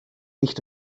nicht